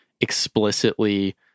explicitly